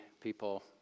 people